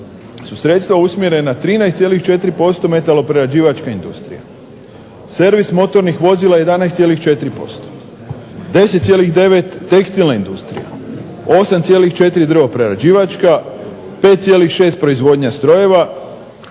sredstva usmjerena 13,4% metaloprerađivačka industrija, servis motornih vozila 11,4%, 10,9 tekstilna industrija, 8,4 drvoprerađivačka, 5,6 proizvodnja strojeva,